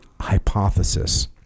hypothesis